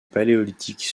paléolithique